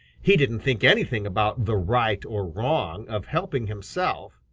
he didn't think anything about the right or wrong of helping himself.